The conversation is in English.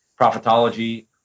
prophetology